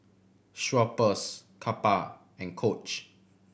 Schweppes Kappa and Coach